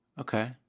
Okay